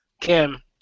Kim